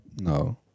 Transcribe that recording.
No